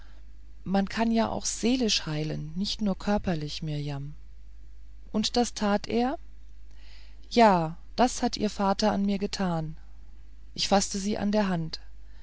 man kann jemand auch seelisch heilen nicht nur körperlich mirjam und das hat ja das hat ihr vater an mir getan ich faßte sie an der hand